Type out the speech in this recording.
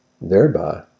thereby